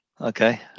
Okay